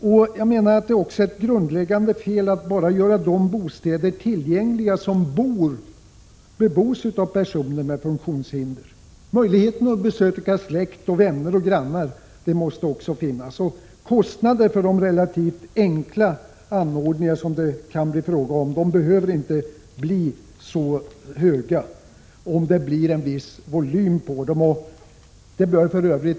Det är för det andra enligt min mening ett grundläggande fel att enbart de bostäder som bebos av personer med funktionshinder görs tillgängliga. Möjlighet måste också finnas att besöka släkt, vänner och grannar. Kostnaderna för de relativt enkla anordningar som det kan bli fråga om behöver inte bli så höga, om verksamheten får en viss volym.